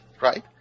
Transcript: right